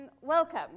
Welcome